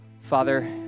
Father